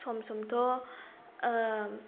सम समथ'